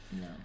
No